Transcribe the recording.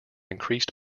increased